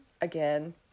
Again